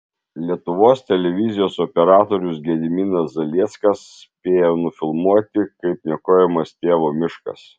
lietuvos televizijos operatorius gediminas zalieckas spėjo nufilmuoti kaip niokojamas tėvo miškas